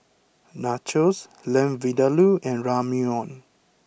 Nachos Lamb Vindaloo and Ramyeon